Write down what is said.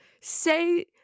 say